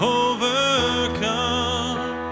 overcome